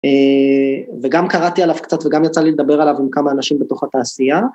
וגם קראתי עליו קצת וגם יצא לי לדבר עליו עם כמה אנשים בתוך התעשייה.